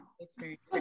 experience